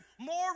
more